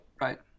Right